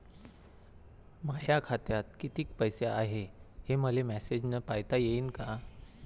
माया खात्यात कितीक पैसे बाकी हाय, हे मले मॅसेजन पायता येईन का?